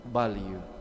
value